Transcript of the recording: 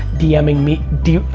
dming me, drock,